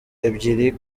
ebyiri